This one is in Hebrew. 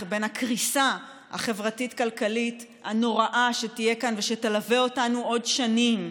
בין הקריסה החברתית-כלכלית הנוראה שתהיה כאן ושתלווה אותנו עוד שנים,